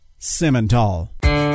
Simmental